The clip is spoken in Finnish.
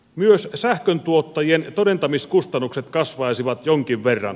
myös sähkön tuottajien todentamiskustannukset kasvaisivat jonkin verran